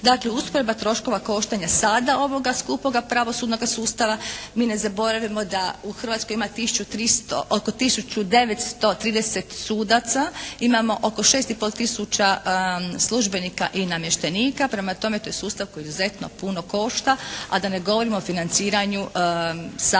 Dakle, usporedba troškova koštanja sada ovoga skupoga pravosudnoga sustava. Mi ne zaboravljamo da u Hrvatskoj ima oko 1930 sudaca. Imamo oko 6 i pol tisuća službenika i namještenika. Prema tome, to je sustav koji izuzetno puno košta, a da ne govorimo o financiranju samog